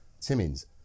Timmins